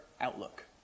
outlook